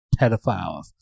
pedophiles